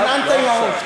הנהנת עם הראש.